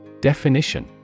Definition